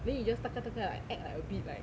then you just 大概大概 like act like a bit like